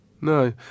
No